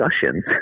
discussions